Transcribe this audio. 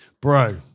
Bro